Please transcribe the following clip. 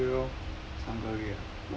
上个月哦